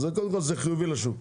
אז קודם כל, זה חיובי לשוק.